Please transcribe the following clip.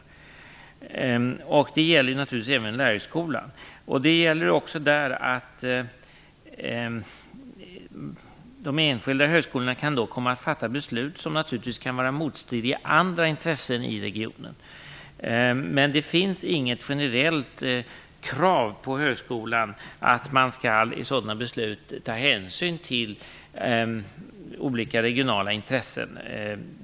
Det gäller naturligtvis även Lärarhögskolan. De enskilda högskolorna kan dock komma att fatta beslut som naturligtvis kan vara motstridiga andra intressen i regionen. Men det finns inget generellt krav på högskolan att i sådana beslut ta hänsyn till olika regionala intressen.